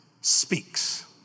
speaks